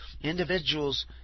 Individuals